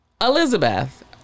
elizabeth